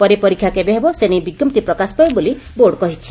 ପରେ ପରୀକ୍ଷା କେବେ ହେବ ସେ ନେଇ ବିଙ୍କପ୍ତି ପ୍ରକାଶ ପାଇବ ବୋଲି ବୋର୍ଡ କହିଛି